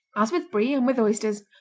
as-with brie and with oysters,